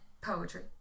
poetry